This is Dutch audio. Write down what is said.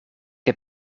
heb